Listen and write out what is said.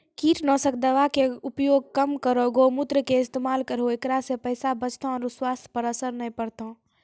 कीटनासक दवा के उपयोग कम करौं गौमूत्र के इस्तेमाल करहो ऐकरा से पैसा बचतौ आरु स्वाथ्य पर असर नैय परतौ?